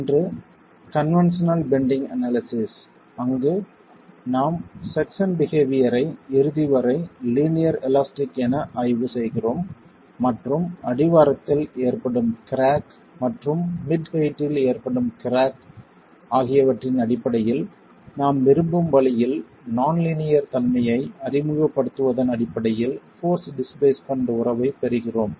ஒன்று conventional bending analysis அங்கு நாம் செக்சன் பிஹேவியர் ஐ இறுதி வரை லீனியர் எலாஸ்டிக் என ஆய்வு செய்கிறோம் மற்றும் அடிவாரத்தில் ஏற்படும் கிராக் மற்றும் மிட் ஹெயிட்டில் ஏற்படும் கிராக் ஆகியவற்றின் அடிப்படையில் நாம் விரும்பும் வழியில் நான் லீனியர் தன்மையை அறிமுகப்படுத்துவதன் அடிப்படையில் போர்ஸ் டிஸ்பிளேஸ்மென்ட் உறவைப் பெறுகிறோம்